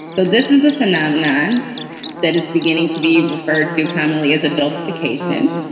so this is a phenomenon that is beginning to be referred to commonly as adults vacation.